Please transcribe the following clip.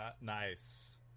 Nice